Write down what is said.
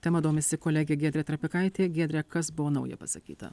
tema domisi kolegė giedrė trapikaitė giedre kas buvo nauja pasakyta